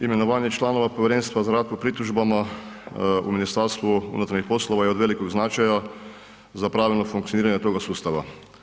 Imenovanje članova Povjerenstva za rad po pritužbama u MUP-u je od velikog značaja za pravilno funkcioniranje toga sustava.